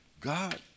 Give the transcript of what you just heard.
God